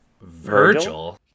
Virgil